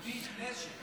ריבית נשך.